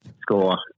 score